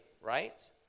right